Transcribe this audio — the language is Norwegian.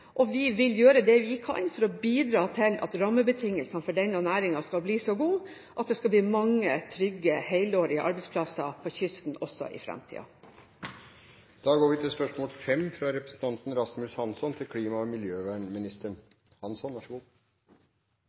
og vi vil gjøre det vi kan for å bidra til at rammebetingelsene for denne næringen skal bli så gode at det blir mange, trygge, helårige arbeidsplasser på kysten også i